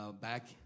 back